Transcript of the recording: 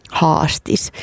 haastis